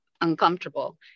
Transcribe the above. uncomfortable